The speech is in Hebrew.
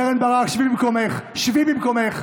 קרן ברק, שבי במקומך, שבי במקומך.